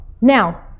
Now